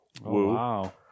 wow